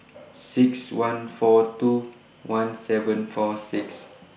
six one four two one seven four six